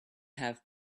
have